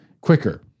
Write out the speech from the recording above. quicker